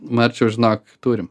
marčiau žinok turim